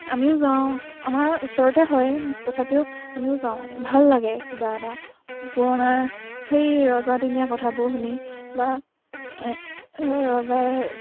আমিও যাওঁ আমাৰ ওচৰতে হয় তথাপিও আমিও যাওঁ ভাল লাগে কিবা এটা পুৰণাৰ সেই ৰজাদিনীয়া কথাবোৰ শুনি বা সেই ৰজাৰ